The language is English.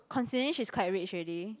considering she's quite rich already